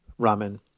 ramen